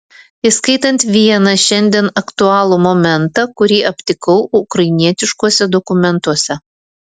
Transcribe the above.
įskaitant vieną šiandien aktualų momentą kurį aptikau ukrainietiškuose dokumentuose